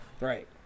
Right